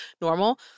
normal